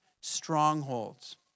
strongholds